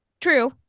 True